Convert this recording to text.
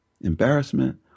embarrassment